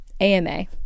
AMA